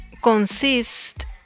consist